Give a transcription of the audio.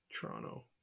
Toronto